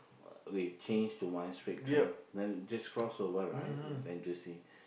we change to one straight train then just cross over right it's N_T_U_C